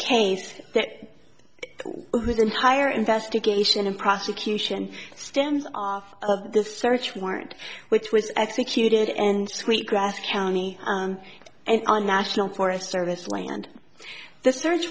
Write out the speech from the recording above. case that entire investigation and prosecution stems off of this search warrant which was executed and sweetgrass county and a national forest service land the search